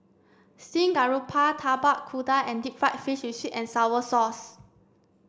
Steamed Garoupa Tapak Kuda and deep fried fish with sweet and sour sauce